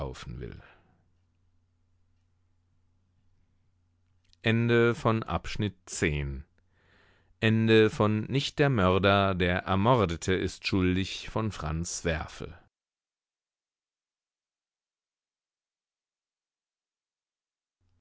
nicht der mörder der ermordete ist schuldig by franz werfel